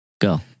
Go